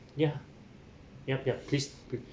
yeah yup yup please please